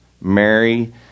Mary